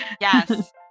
Yes